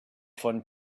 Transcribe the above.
fun